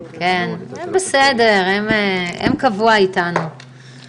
הם מדווחים על עלייה מאוד גבוהה בתחום של